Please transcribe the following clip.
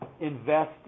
invest